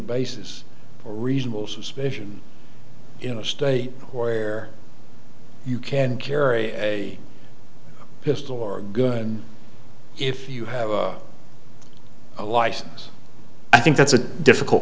basis for reasonable suspicion in a state or where you can carry a pistol or good if you have a license i think that's a difficult